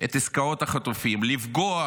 את עסקאות החטופים, לפגוע